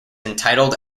entitled